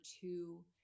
two